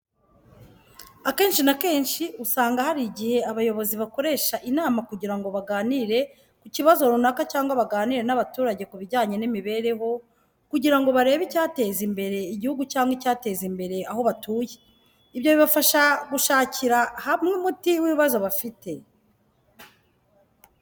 Akenci na kenci usanga hari ijyihe abayobozi bakoresha inama kujyira ngo baganire ku cyibazo runaka cyangwa baganire n'abaturajye kubijyanye n'imibereho ,kujyira ngo barebe icyateza imbere ijyihugu cyangwa icyateza imbere aho batuye .Ibyo bibafasha gushacyira hamwe umuti w'ibibazo bafite.